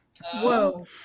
Whoa